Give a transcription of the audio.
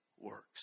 works